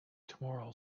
tomorrow